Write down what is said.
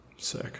Sick